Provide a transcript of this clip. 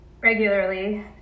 regularly